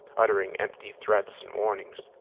uttering empty threats and warnings,